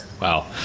Wow